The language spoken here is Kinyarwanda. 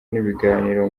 n’ibiganiro